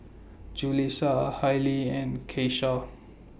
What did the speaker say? Julissa Hallie and Keyshawn